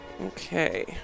okay